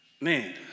man